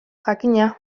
jakina